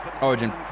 Origin